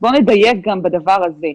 בוא נדייק גם בדבר הזה.